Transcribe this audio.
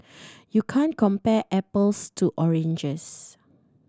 you can't compare apples to oranges